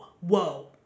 whoa